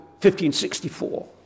1564